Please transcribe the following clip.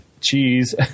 cheese